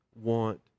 want